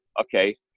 okay